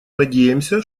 надеемся